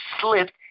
slipped